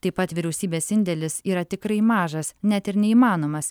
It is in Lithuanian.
taip pat vyriausybės indėlis yra tikrai mažas net ir neįmanomas